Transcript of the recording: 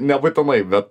nebūtinai bet